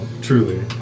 Truly